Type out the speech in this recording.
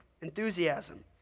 enthusiasm